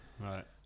right